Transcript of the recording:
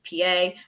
PA